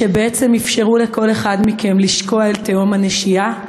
שאפשרו לכל אחד מכם לשקוע אל תהום הנשייה,